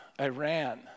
Iran